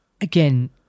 again